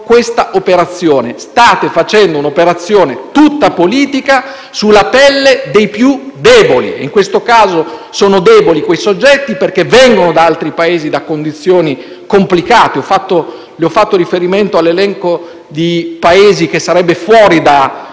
questa operazione. State facendo un'operazione tutta politica sulla pelle dei più deboli. In questo caso sono deboli quei soggetti, perché vengono da altri Paesi, da condizioni complicate e ho fatto riferimento all'elenco di Paesi che sarebbero